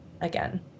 again